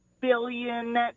billion